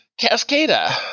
Cascada